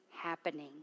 happening